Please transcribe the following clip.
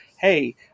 Hey